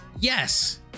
Yes